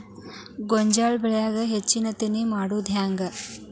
ಗೋಂಜಾಳ ಬೆಳ್ಯಾಗ ಹೆಚ್ಚತೆನೆ ಮಾಡುದ ಹೆಂಗ್?